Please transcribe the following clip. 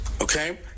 Okay